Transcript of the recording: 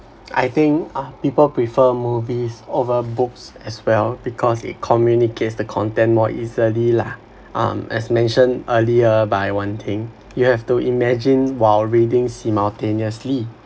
I think uh people prefer movies over books as well because it communicates the content more easily lah um as mentioned earlier by one thing you have to imagine while reading simultaneously